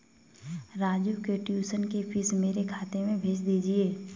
राजू के ट्यूशन की फीस मेरे खाते में भेज दीजिए